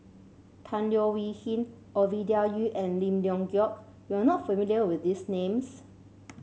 Tan Leo Wee Hin Ovidia Yu and Lim Leong Geok you are not familiar with these names